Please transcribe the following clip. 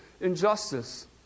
injustice